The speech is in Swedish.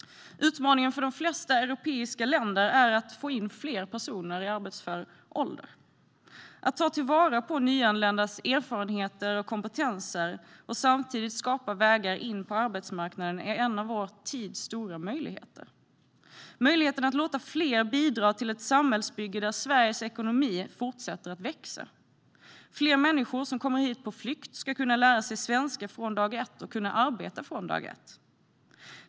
Utmaningen för de flesta europeiska länder är att få in fler personer i arbetsför ålder. Att ta till vara nyanländas erfarenheter och kompetenser och samtidigt skapa vägar in på arbetsmarknaden är en av vår tids stora möjligheter - möjligheten att låta fler bidra till ett samhällsbygge där Sveriges ekonomi fortsätter att växa. Fler människor som kommer hit på flykt ska kunna lära sig svenska från dag ett och kunna arbeta från dag ett.